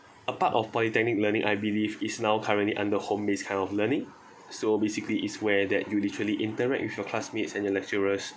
a part of polytechnic learning I believe is now currently under home-based kind of learning so basically it's where that you literally interact with your classmates and your lecturers